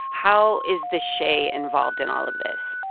how is the shay involved in all of this?